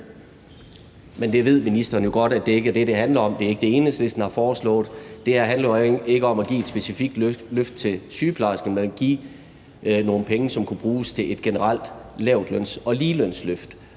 Men det ved ministeren jo godt ikke er det, det handler om. Det er ikke det, Enhedslisten har foreslået. Det her handler ikke om at give et specifikt løft til sygeplejerskerne, men at give nogle penge, som kunne bruges til et generelt lavtløns- og ligelønsløft,